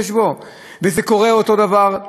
גם על-ידי ביטוח בריאות הוא לא מקבל את זה.